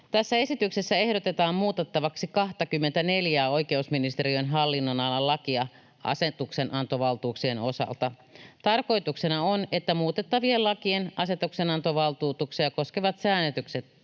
Tässä esityksessä ehdotetaan muutettavaksi 24:ää oikeusministeriön hallinnonalan lakia asetuksenantovaltuuksien osalta. Tarkoituksena on, että muutettavien lakien asetuksenantovaltuuksia koskevat säännökset